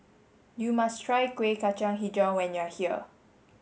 you must try Kuih Kacang Hijau when you are here